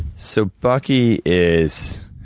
so bucky is